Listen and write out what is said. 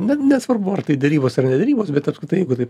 net nesvarbu ar tai derybos ar ne derybos bet apskritai jeigu taip